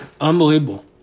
Unbelievable